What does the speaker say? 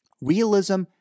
Realism